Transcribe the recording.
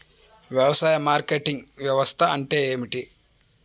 వ్యవసాయ మార్కెటింగ్ వ్యవస్థ అంటే ఏమిటి?